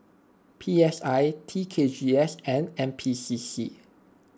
P S I T K G S and N P C C